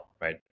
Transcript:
right